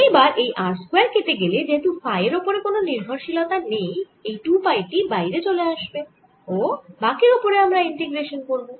এবার এই r square কেটে গেল যেহেতু ফাই এর ওপরে কোন নির্ভরশীলতা নেই এই 2 পাই টি বাইরে চলে আসবে ও বাকির ওপরে আমরা ইন্টিগ্রেশান করব